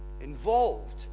Involved